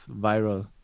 viral